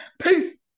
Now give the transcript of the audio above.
Peace